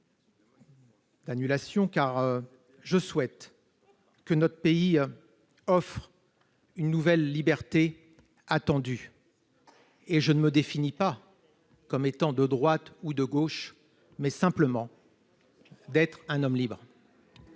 suppression, car je souhaite que notre pays offre une nouvelle liberté, qui est attendue. Je ne me définis pas comme étant de droite ou de gauche, mais simplement comme un homme libre.